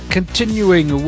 continuing